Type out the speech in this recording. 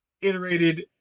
iterated